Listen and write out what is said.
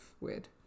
weird